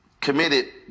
committed